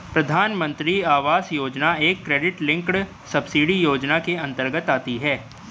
प्रधानमंत्री आवास योजना एक क्रेडिट लिंक्ड सब्सिडी योजना के अंतर्गत आती है